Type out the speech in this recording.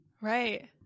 Right